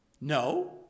No